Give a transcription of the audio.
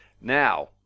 now